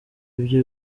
ibyo